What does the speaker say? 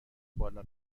بالا